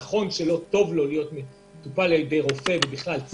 נכון שלא טוב למטופל להיות מטופל בידי צוות